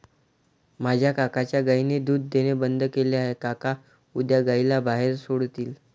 माझ्या काकांच्या गायीने दूध देणे बंद केले आहे, काका उद्या गायीला बाहेर सोडतील